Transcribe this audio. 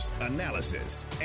analysis